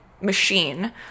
machine